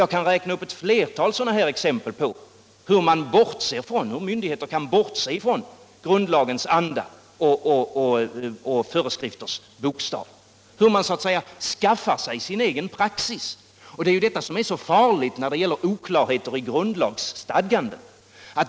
Jag kan räkna upp flera exempel på hur myndigheter kan bortse ifrån grundlagens anda och föreskrifters bokstav, hur man skaffar sig sin egen praxis. Det är detta som är så farligt när det gäller oklarheter i grundlagsstadganden.